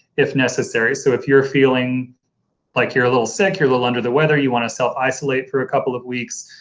if necessary. so if you're feeling like you're a little sick, you're little under the weather, you want to self isolate for a couple of weeks,